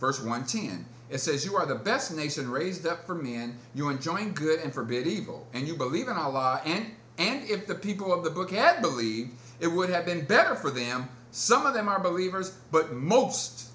verse one thousand it says you are the best nation and raised up for me and you are enjoying good and forbid evil and you believe in allah and and if the people of the book had believed it would have been better for them some of them are believers but most